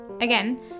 Again